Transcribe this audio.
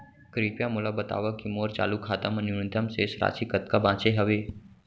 कृपया मोला बतावव की मोर चालू खाता मा न्यूनतम शेष राशि कतका बाचे हवे